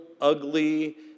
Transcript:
ugly